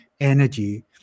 energy